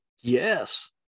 Yes